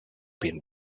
been